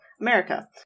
America